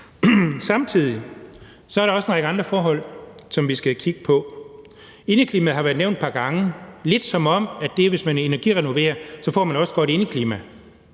Samtidig er der også en række andre forhold, som vi skal kigge på. Indeklima har været nævnt et par gange, som om man, hvis man energirenoverer, også får et godt indeklima.